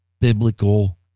biblical